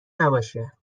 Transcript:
نباشه